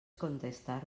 contestar